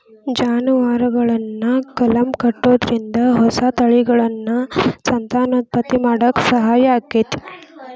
ಜಾನುವಾರುಗಳನ್ನ ಕಲಂ ಕಟ್ಟುದ್ರಿಂದ ಹೊಸ ತಳಿಗಳನ್ನ ಸಂತಾನೋತ್ಪತ್ತಿ ಮಾಡಾಕ ಸಹಾಯ ಆಕ್ಕೆತಿ